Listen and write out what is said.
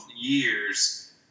years